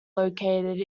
located